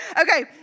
Okay